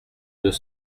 deux